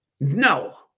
No